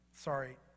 Sorry